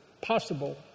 possible